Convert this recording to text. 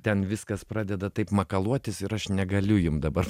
ten viskas pradeda taip makaluotis ir aš negaliu jum dabar